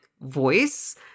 voice